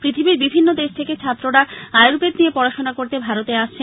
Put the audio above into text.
পৃথিবীর বিভিন্ন দেশ থেকে ছাত্ররা আয়ুর্বেদ নিয়ে পড়াশুনা করতে ভারতে আসছে